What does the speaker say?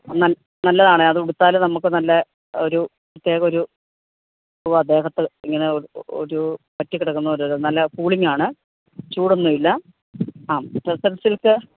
നല്ലതാണ് അത് ഉടുത്താൽ നമുക്ക് നല്ല ഒരു ദേഹം ഒരു ഉവ്വാ ദേഹത്ത് ഇങ്ങനെ ഒരൂ പറ്റിക്കിടയ്ക്കുന്ന പോലൊരു നല്ല കൂളിംഗ് ആണ് ചൂടൊന്നും ഇല്ല ആ ടെസർ സിൽക്ക്